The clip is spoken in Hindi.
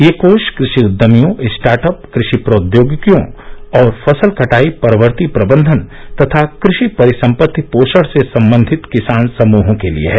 ये कोष कषि उद्यमियों स्टार्ट अप कषि प्रौद्योगिकियों और फसल कटाई परवर्ती प्रबंधन तथा कषि परिसम्पत्ति पोषण से संबंधित किसान समहों के लिए हैं